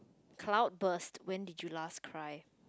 cloudburst when did you last cry